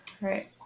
Right